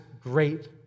great